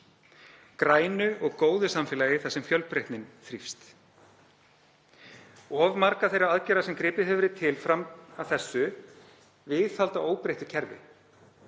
Grænu og góðu samfélagi þar sem fjölbreytnin þrífst. Of margar þeirra aðgerða sem gripið hefur verið til fram að þessu viðhalda óbreyttu kerfi,